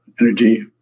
energy